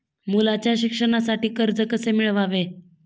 मुलाच्या शिक्षणासाठी कर्ज कसे मिळवावे?